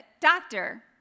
doctor